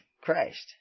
Christ